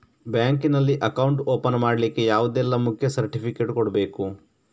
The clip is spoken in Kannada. ಬ್ಯಾಂಕ್ ನಲ್ಲಿ ಅಕೌಂಟ್ ಓಪನ್ ಮಾಡ್ಲಿಕ್ಕೆ ಯಾವುದೆಲ್ಲ ಮುಖ್ಯ ಸರ್ಟಿಫಿಕೇಟ್ ಕೊಡ್ಬೇಕು?